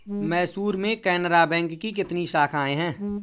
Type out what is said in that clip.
मैसूर में केनरा बैंक की कितनी शाखाएँ है?